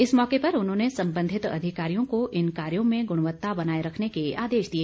इस मौके पर उन्होंने संबंधित अधिकारियों को इन कार्यो में गुणवत्ता बनाए रखने के आदेश दिए